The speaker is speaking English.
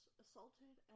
Assaulted